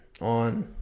on